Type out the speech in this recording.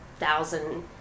thousand